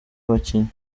bakinnyi